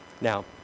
Now